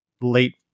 late